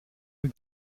rue